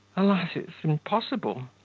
alas! it's impossible,